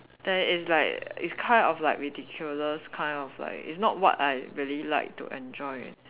there is like it's kind of like ridiculous kind of like it's not what I really like to enjoy